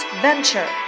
venture